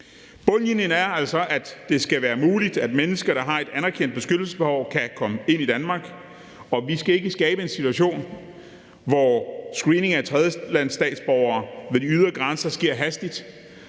Bundlinjen er altså, at det skal være muligt, at mennesker, der har et anerkendt beskyttelsesbehov, kan komme ind i Danmark, og vi skal ikke skabe en situation, hvor screening af tredjelandsstatsborgere ved de ydre grænser sker hastigt